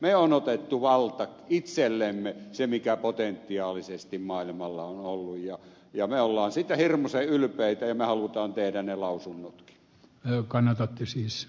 me olemme ottaneet vallan itsellemme se mikä potentiaalisesti maailmalla on ollut ja me olemme siitä hirmuisen ylpeitä ja me haluamme tehdä ne lausunnotkin